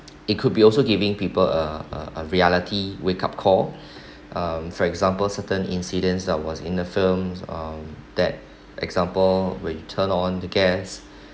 it could be also giving people a a reality wakeup call um for example certain incidents that was in the films um that example when you turn on the gas